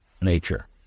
nature